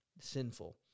Sinful